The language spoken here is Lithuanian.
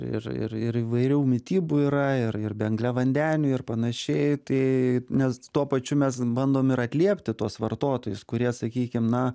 ir ir ir įvairių mitybų yra ir ir be angliavandenių ir panašiai tai nes tuo pačiu mes bandom ir atliepti tuos vartotojus kurie sakykim na